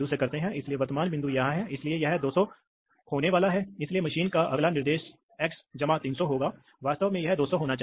इसलिए इसलिए अंत में डिजिटल नियंत्रक आवश्यक बल की गणना करता है जिसे वाल्व पर नियंत्रण के लिए लागू किया जाना चाहिए